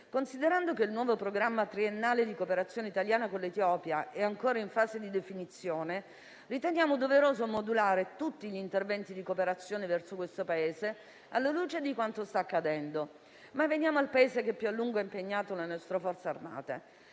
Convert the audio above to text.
Considerando che il nuovo programma triennale di cooperazione italiana con l'Etiopia è ancora in fase di definizione, riteniamo doveroso modulare tutti gli interventi di cooperazione verso questo Paese alla luce di quanto sta accadendo. Veniamo al Paese che più a lungo ha impegnato le nostre Forze armate